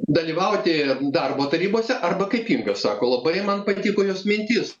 dalyvauti darbo tarybose arba kaip inga sako labai man patiko jos mintis